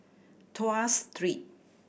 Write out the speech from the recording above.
Tuas Street